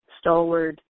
stalwart